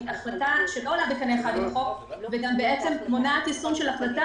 זו החלטה שלא עולה בקנה אחד עם החוק ובעצם מונעת יישום של החלטה,